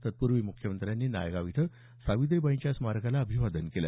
तत्पूर्वी मुख्यमंत्र्यांनी नायगाव इथं सावित्रीबाईंच्या स्मारकाला अभिवादन केलं